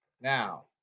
Now